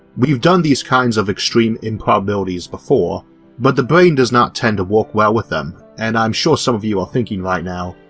done these kinds of extreme improbabilities before but the brain does not tend to work well with them and i am sure some of you are thinking right now,